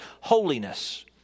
holiness